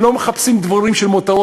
לא מחפשים דברים של מותרות.